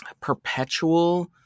perpetual